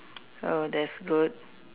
oh that's good